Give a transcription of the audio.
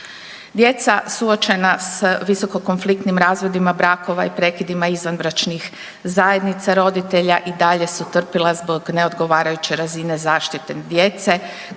Djeca suočena visoko konfliktnim razvodima brakova i prekida izvanbračnih zajednica roditelja i dalje su trpila zbog neodgovarajuće razine zaštite djece,